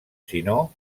sinó